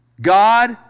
God